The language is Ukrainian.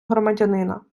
громадянина